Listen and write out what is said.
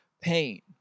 pain